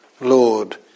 Lord